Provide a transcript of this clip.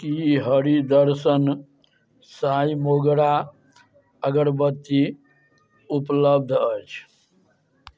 कि हरि दर्शन साईं मोगरा अगरबत्ती उपलब्ध अछि